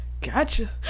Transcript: gotcha